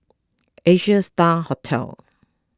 Asia Star Hotel